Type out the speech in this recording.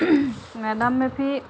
মে ডাম মে ফি